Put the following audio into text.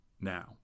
now